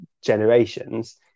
generations